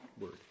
word